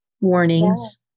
warnings